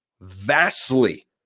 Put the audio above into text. vastly